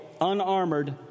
unarmored